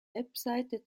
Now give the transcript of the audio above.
webseite